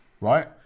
right